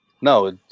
No